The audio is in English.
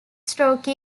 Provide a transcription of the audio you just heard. stroke